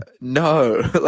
No